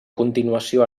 continuació